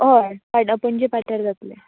हय हांगा पणजे पाठ्यार जातलें